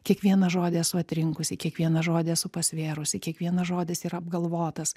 kiekvienas žodį esu atrinkusi kiekvieną žodį esu pasvėrusi kiekvienas žodis yra apgalvotas